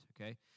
okay